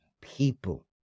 people